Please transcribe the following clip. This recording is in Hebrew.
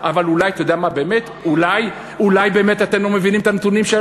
אבל אולי באמת אתם לא מבינים את הנתונים.